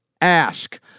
ask